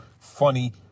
funny